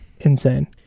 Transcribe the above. insane